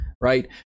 Right